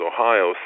Ohio